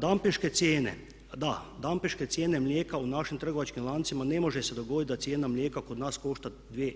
Dampeške cijene, da, dampeške cijene mlijeka u našim trgovačkim lancima ne može se dogoditi da cijena mlijeka kod nas košta dvije